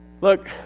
look